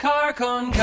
Carcon